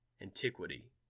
antiquity